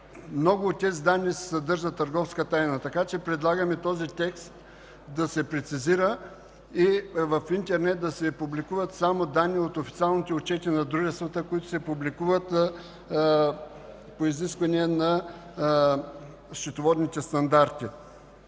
много от тези данни се съдържа търговска тайна, така че предлагаме този текст да се прецизира и в интернет да се публикуват само данни от официалните отчети на дружествата, които се публикуват по изисквания на счетоводните стандарти.